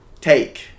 take